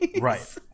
Right